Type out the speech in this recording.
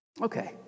okay